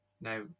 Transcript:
Now